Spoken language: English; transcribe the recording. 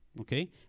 Okay